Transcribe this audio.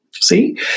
See